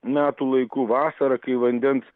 metų laiku vasarą kai vandens